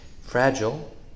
Fragile